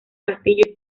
castillo